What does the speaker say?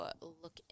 look